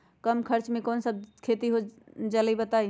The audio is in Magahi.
कम खर्च म कौन खेती हो जलई बताई?